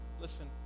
Listen